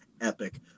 epic